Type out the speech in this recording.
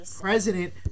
president